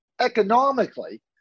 economically